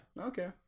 Okay